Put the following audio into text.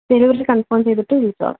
delivery confirm ചെയ്തിട്ട് വിളിച്ചോളാം